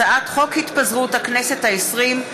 הצעת חוק התפזרות הכנסת העשרים,